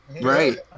Right